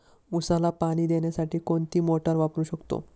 उसाला पाणी देण्यासाठी कोणती मोटार वापरू शकतो?